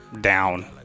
down